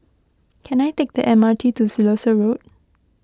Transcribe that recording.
can I take the M R T to Siloso Road